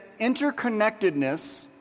interconnectedness